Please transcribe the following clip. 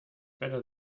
better